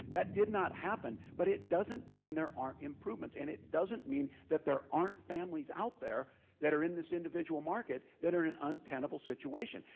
that did not happen. but it doesn't mean there aren't improvements. and it doesn't mean that there aren't families out there that are in this individual market that are in an untenable situation.